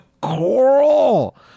Coral